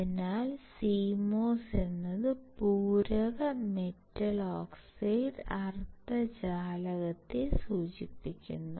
അതിനാൽ CMOS എന്നത് പൂരക മെറ്റൽ ഓക്സൈഡ് അർദ്ധചാലകത്തെ സൂചിപ്പിക്കുന്നു